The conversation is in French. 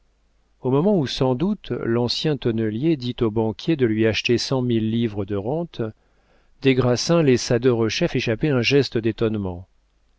au moment où sans doute l'ancien tonnelier dit au banquier de lui acheter cent mille livres de rente des grassins laissa derechef échapper un geste d'étonnement